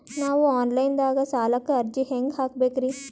ನಾವು online ದಾಗ ಸಾಲಕ್ಕ ಅರ್ಜಿ ಹೆಂಗ ಹಾಕಬೇಕ್ರಿ?